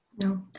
No